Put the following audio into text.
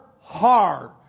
hard